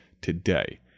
today